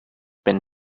been